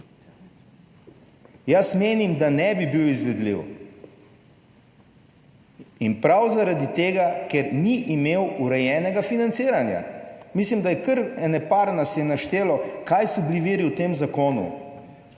Jaz menim, da ne bi bil izvedljiv in prav zaradi tega, ker ni imel urejenega financiranja. Mislim, da je kar ene par nas je naštelo, kaj so bili viri v tem zakonu